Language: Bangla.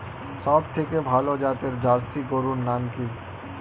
সবথেকে ভালো জাতের জার্সি গরুর নাম কি?